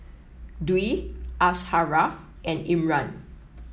Dwi Asharaff and Imran